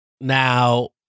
now